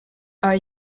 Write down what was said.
are